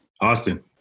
Austin